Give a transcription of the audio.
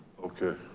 okay.